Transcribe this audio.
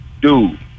dude